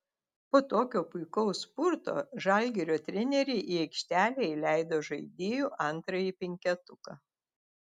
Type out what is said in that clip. po tokio puikaus spurto žalgirio treneriai į aikštelę įleido žaidėjų antrąjį penketuką